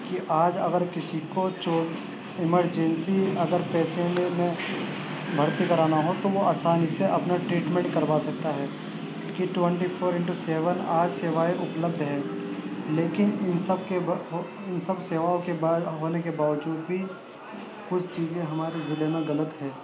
کہ آج اگر کسی کو چوٹ ایمرجنسی اگر پیسنٹ میں بھرتی کرانا ہو تو وہ آسانی سے اپنا ٹریٹمنٹ کروا سکتا ہے کہ سیوائیں اپلبدھ ہیں لیکن ان سب كے ان سب سیواؤں كے بعد ہونے كے باوجود بھی کچھ چیزیں ہمارے ضلع میں غلط ہیں